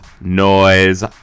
noise